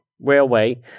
Railway